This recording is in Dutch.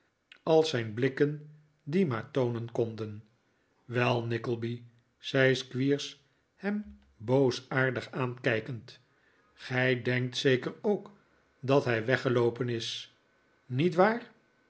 als zijn blikken dien maar toonen konden wel nickleby zei squeers hem boosaardig aankijkend gij denkt zeker ook dat hij weggeloopen is niet waar